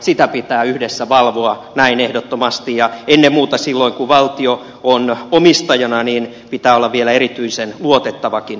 sitä pitää yhdessä valvoa näin ehdottomasti ja ennen muuta silloin kun valtio on omistajana pitää olla vielä erityisen luotettavakin toimija